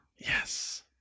Yes